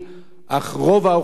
אך רוב האוכלוסייה